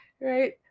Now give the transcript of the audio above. Right